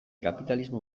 kapitalismo